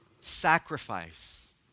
sacrifice